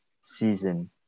season